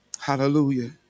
Hallelujah